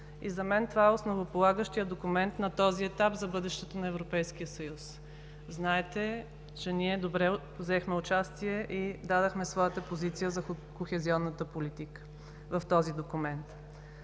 и за мен това е основополагащият документ на този етап за бъдещето на Европейския съюз. Знаете, че ние добре взехме участие и дадохме своята позиция за кохезионната политика в този документ.